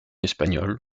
espagnol